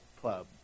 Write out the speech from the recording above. club